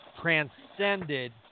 transcended